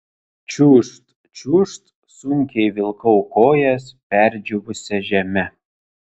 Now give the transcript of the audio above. čiūžt čiūžt sunkiai vilkau kojas perdžiūvusia žeme